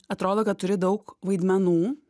atrodo kad turi daug vaidmenų